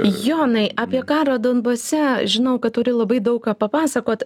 jonai apie karą donbase žinau kad turi labai daug ką papasakot